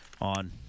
on